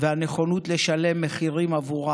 והנכונות לשלם מחירים עבורה